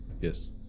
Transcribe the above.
Yes